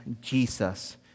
Jesus